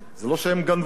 זה לא שהם גנבו.